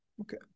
Okay